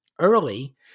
early